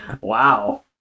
Wow